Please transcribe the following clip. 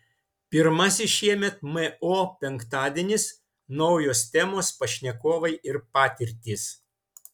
pirmasis šiemet mo penktadienis naujos temos pašnekovai ir patirtys